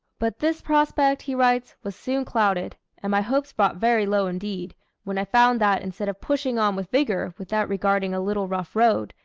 but this prospect, he writes, was soon clouded, and my hopes brought very low indeed, when i found that, instead of pushing on with vigor, without regarding a little rough road,